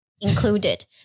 included